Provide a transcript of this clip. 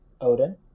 Odin